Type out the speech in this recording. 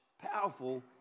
powerful